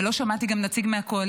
ולא שמעתי גם נציג מהקואליציה,